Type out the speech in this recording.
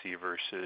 versus